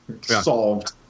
solved